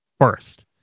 first